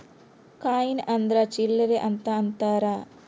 coin ಅಂದ್ರ ಚಿಲ್ಲರ್ ಅಂತ ಅಂತಾರ